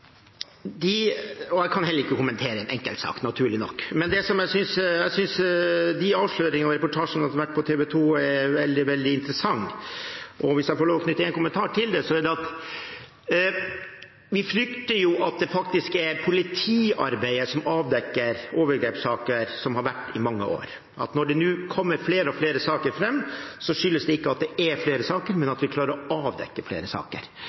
jeg synes de avsløringene og reportasjene som har vært på TV 2, er veldig, veldig interessante. Hvis jeg får lov til å knytte en kommentar til det, er det at vi frykter at det faktisk er politiarbeidet som avdekker overgrepssaker som har vært i mange år, at det – når det nå kommer flere og flere saker fram – ikke skyldes at det er flere saker, men at vi klarer å avdekke flere saker.